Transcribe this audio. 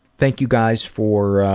thank you guys for